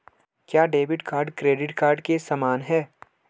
क्या debit card credit card के समान है?